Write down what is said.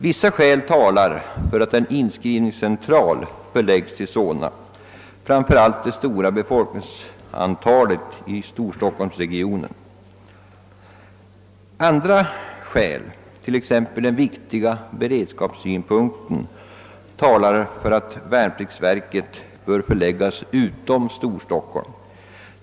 Vissa skäl talar för att en inskrivningscentral förlägges till Solna, framför allt den stora befolkningen i storstockholmsregionen. Andra skäl, t.ex. den viktiga beredskapssynpunkten, talar för att värnpliktsverket bör förläggas utom Stockholm.